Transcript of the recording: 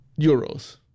euros